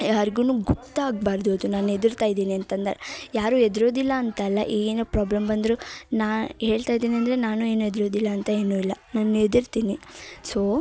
ಯಾರ್ಗು ಗೊತ್ತಾಗ್ಬಾರದು ಅದು ನಾನು ಹೆದರ್ತಾ ಇದ್ದೀನಿ ಅಂತಂದಾಗ ಯಾರು ಹೆದ್ರೋದಿಲ್ಲ ಅಂತಲ್ಲ ಏನು ಪ್ರಾಬ್ಲಮ್ ಬಂದರೂ ನಾ ಹೇಳ್ತಾಯಿದ್ದೀನಿ ಅಂದರೆ ನಾನು ಏನು ಹೆದ್ರೋದಿಲ್ಲ ಅಂತ ಏನು ಇಲ್ಲ ನಾನು ಹೆದರ್ತಿನಿ ಸೋ